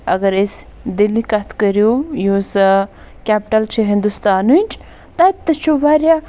اگر أسۍ دِلہِ کتھ کٔرِو یُس کیپٹٕل چھِ ہِندوستانٕچ تتہِ تہِ چھُ واریاہ